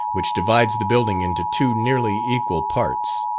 which divides the building into two nearly equal parts.